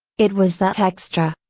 it was that extra,